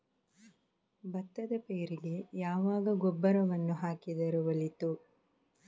ಭತ್ತದ ಪೈರಿಗೆ ಯಾವಾಗ ಗೊಬ್ಬರವನ್ನು ಹಾಕಿದರೆ ಒಳಿತು?